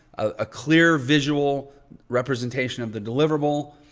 a clear visual representation of the deliverable,